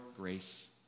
grace